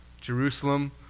Jerusalem